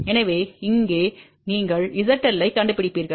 எனவே இங்கே நீங்கள் zL ஐக் கண்டுபிடிப்பீர்கள்